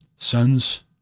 sons